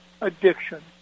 addiction